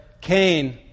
Cain